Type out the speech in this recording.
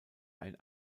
ein